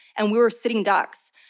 and we were sitting ducks.